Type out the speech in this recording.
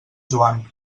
joan